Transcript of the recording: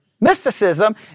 mysticism